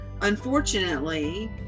unfortunately